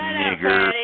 nigger